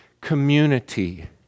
community